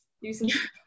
use